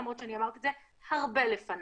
למרות שאני אמרתי את זה הרבה לפניו,